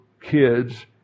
kids